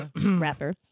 rapper